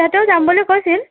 সিহঁতেও যাম বুলি কৈছিল